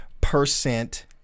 percent